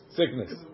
sickness